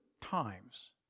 times